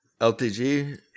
LTG